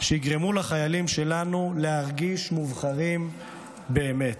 שיגרמו לחיילים שלנו להרגיש מובחרים באמת.